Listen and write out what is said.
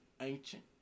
ancient